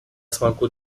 смогу